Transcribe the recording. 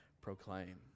proclaim